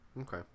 okay